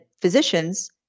physicians